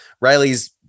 riley's